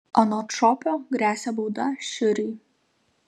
anot šopio gresia bauda šiuriui